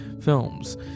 films